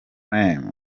flame